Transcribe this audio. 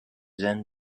then